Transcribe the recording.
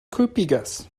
kulpigas